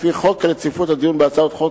לפי חוק רציפות הדיון בהצעות חוק,